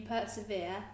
persevere